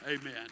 Amen